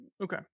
okay